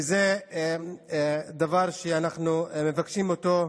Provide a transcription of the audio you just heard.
וזה דבר שאנחנו מבקשים אותו.